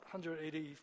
180